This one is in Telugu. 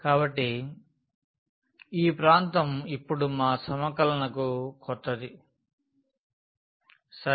కాబట్టి ఈ ప్రాంతం ఇప్పుడు మా సమకలనకు క్రొత్తది సరే